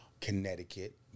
Connecticut